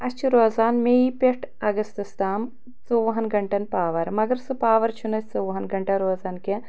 اسہِ چھِ روزان مے پٮ۪ٹھ اگستس تام ژۄوہن گنٛٹن پاور مگر سُہ پاور چھُنہٕ اسہِ ژۄۄہن گنٛٹن روزان کینٛہہ